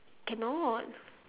cannot